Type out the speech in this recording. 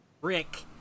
Rick